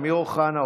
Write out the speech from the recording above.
אמיר אוחנה,